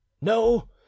no